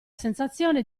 sensazione